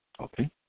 okay